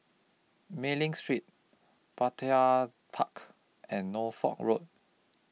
Mei Ling Street Petir Tark and Norfolk Road